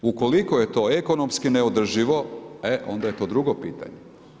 Ukoliko je to ekonomski neodrživo, e onda je to drugo pitanje.